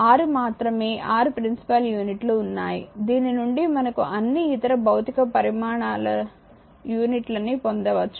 6 మాత్రమే 6 principal unit లు ఉన్నాయి దీని నుండి మనకు అన్ని ఇతర భౌతిక పరిమాణాల యూనిట్లని పొందవచ్చు